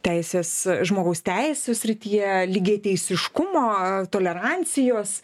teisės žmogaus teisių srityje lygiateisiškumo tolerancijos